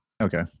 Okay